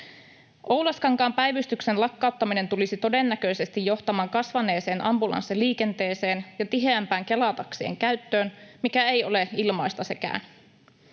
Oulaskankaan päivystyksen lakkauttaminen tulisi todennäköisesti johtamaan kasvaneeseen ambulanssiliikenteeseen ja tiheämpään Kela-taksien käyttöön, mikä ei ole ilmaista sekään.